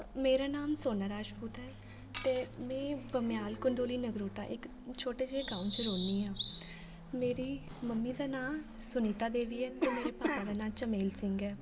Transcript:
मेरा नाम सोना राजपूत ऐ ते मैं बंब्याल कंडोली नगरोटा इक छोटे जेह् गांव च रौह्न्नी आं मेरी मम्मी दा नांऽ सुनीता देवी ऐ ते मेरे पापा दा नांऽ चमेल सिंह ऐ